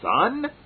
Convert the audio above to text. Son